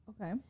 Okay